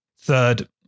third